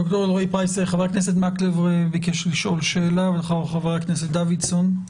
חבר הכנסת מקלב ביקש לשאול שאלה ואחריו חבר הכנסת דוידסון.